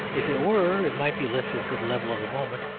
if it were it might be lifted to the level of the moment,